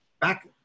back